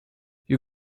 you